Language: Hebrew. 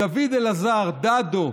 דוד אלעזר, דדו,